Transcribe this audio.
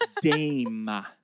Dame